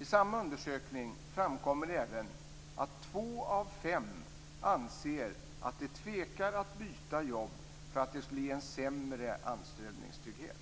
I samma undersökning framkommer även att två av fem tvekar att byta jobb därför att det skulle ge en sämre anställningstrygghet.